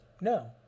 no